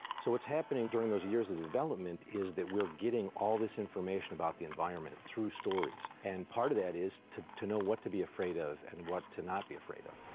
so what's happening during those years of development is that we're getting all this information about the environment through stories. and part of that is to to know what to be afraid of and what to not be afraid of.